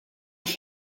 ich